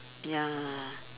ya